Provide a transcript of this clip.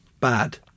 Bad